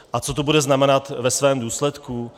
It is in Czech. A co to bude znamenat ve svém důsledku?